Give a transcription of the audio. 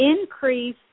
increase